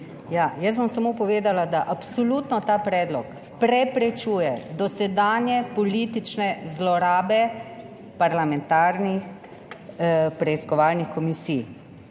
Jaz bom samo povedala, da absolutno ta predlog preprečuje dosedanje politične zlorabe parlamentarnih preiskovalnih komisij.